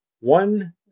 one